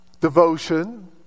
devotion